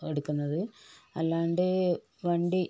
എടുക്കുന്നത് അല്ലാണ്ട് വണ്ടി